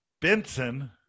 Benson